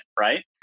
right